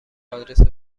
آدرس